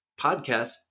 podcasts